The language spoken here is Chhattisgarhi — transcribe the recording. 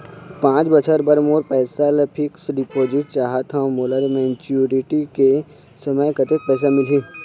पांच बछर बर मोर पैसा ला फिक्स डिपोजिट चाहत हंव, मोला मैच्योरिटी के समय कतेक पैसा मिल ही?